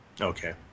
Okay